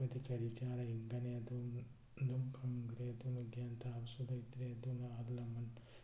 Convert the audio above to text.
ꯑꯩꯈꯣꯏꯗꯤ ꯀꯔꯤ ꯆꯥꯔꯒ ꯍꯤꯡꯒꯅꯤ ꯑꯗꯨ ꯑꯗꯨꯝ ꯐꯪꯗ꯭ꯔꯦ ꯑꯗꯨꯅ ꯒ꯭ꯌꯥꯟ ꯇꯥꯕꯁꯨ ꯂꯩꯇ꯭ꯔꯦ ꯑꯗꯨꯅ ꯑꯍꯜ ꯂꯃꯟ